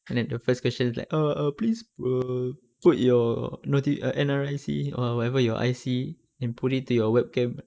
then the first question is like err err please pro~ put your noti~ uh N_R_I_C or whatever your I_C and put it to your webcam